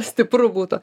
stipru būtų